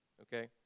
Okay